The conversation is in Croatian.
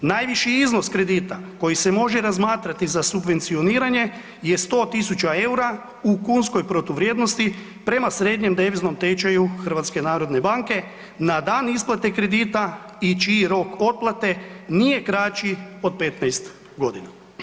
Najviši iznos kredita koji se može razmatrati za subvencioniranje je 100 tisuća eura u kunskoj protuvrijednosti prema srednjem deviznom tečaju HNB-a na dan isplate kredita i čiji rok otplate nije kraći od 15 godina.